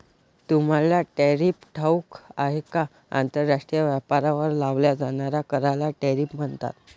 तुम्हाला टॅरिफ ठाऊक आहे का? आंतरराष्ट्रीय व्यापारावर लावल्या जाणाऱ्या कराला टॅरिफ म्हणतात